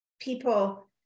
people